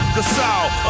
Gasol